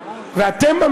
לא על הר-הבית,